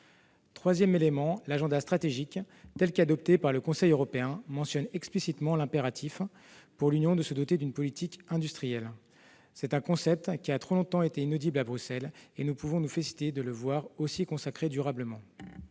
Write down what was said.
Troisième élément, l'agenda stratégique tel qu'il a été adopté par le Conseil européen mentionne explicitement l'impératif, pour l'Union, de se doter d'une politique industrielle. C'est un concept qui a trop longtemps été inaudible à Bruxelles, et nous pouvons nous féliciter de le voir ainsi consacré durablement.